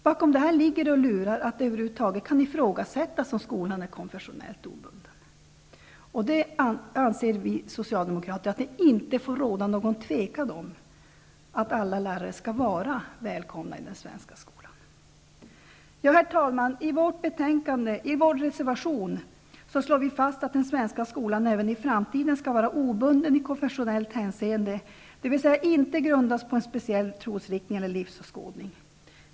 Bakom detta ligger och lurar att det kan ifrågasättas om skolan över huvud taget är konfessionellt obunden. Vi socialdemokrater anser att det inte får råda något tvivel om att alla lärare är välkomna i den svenska skolan. Herr talman! I vår reservation i detta läroplansbetänkande slår vi fast att den svenska skolan även i framtiden skall vara obunden i konfessionellt hänseende, dvs. inte grundas på en speciell trosriktning eller livsåskådning.